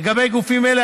לגבי גופים אלה,